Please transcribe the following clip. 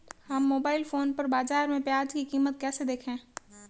हम mobile phone पर बाज़ार में प्याज़ की कीमत कैसे देखें?